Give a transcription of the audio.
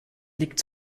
liegt